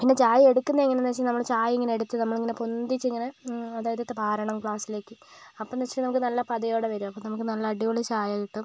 അങ്ങനെ ചായ എടുക്കുന്നത് എങ്ങനെയാണ് എന്ന് വെച്ച് കഴിഞ്ഞാൽ നമ്മൾ ചായ ഇങ്ങനെ എടുത്ത് നമ്മളിങ്ങനെ പൊന്തിച്ച് ഇങ്ങനെ അതായത് പാറണം ഗ്ലാസ്സിലേക്ക് അപ്പോൾ എന്ന് വെച്ചിട്ടുണ്ടെങ്കിൽ നമുക്ക് നല്ല പതയോടെ വരും അപ്പോൾ നമുക്ക് നല്ല അടിപൊളി ചായ കിട്ടും